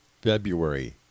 February